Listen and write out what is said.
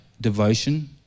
devotion